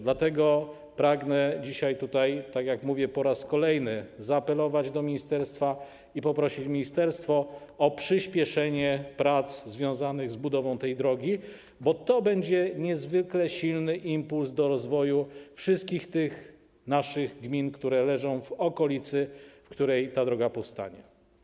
Dlatego dzisiaj pragnę, jak mówię, po raz kolejny zaapelować do ministerstwa i prosić o przyspieszenie prac związanych z budową tej drogi, bo to będzie niezwykle silny impuls do rozwoju wszystkich tych naszych gmin, które leżą w okolicy, w której ta droga powstanie.